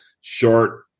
short